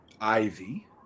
Ivy